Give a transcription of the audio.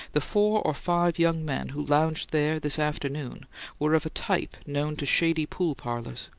the four or five young men who lounged there this afternoon were of a type known to shady pool-parlours.